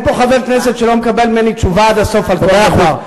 אין פה חבר כנסת שלא מקבל ממני תשובה עד הסוף על כל דבר.